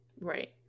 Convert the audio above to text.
Right